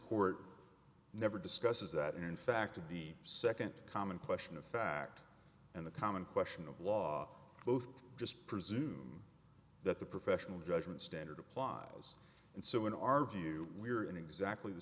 court never discusses that in fact the second common question of fact and the common question of law both just presume that the professional judgment standard applies and so in our view we're in exactly the